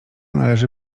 należy